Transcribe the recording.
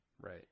Right